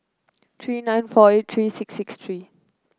three nine four eight three six six three